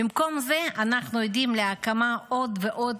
במקום זה אנחנו עדים להקמה של עוד ועוד